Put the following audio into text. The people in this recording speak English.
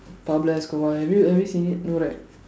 Pablo Escobar have you have you seen it no right